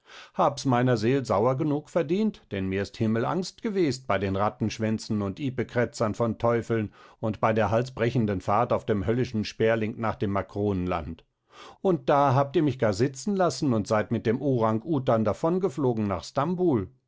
habs meiner seel sauer genug verdient denn mir ist himmelangst gewest bei den rattenschwänzen und ipekrätzern von teufeln und bei der halsbrechenden fahrt auf dem höllischen sperling nach dem makronenland und da habt ihr mich gar sitzen laßen und seid mit dem urangutang davon geflogen nach stambul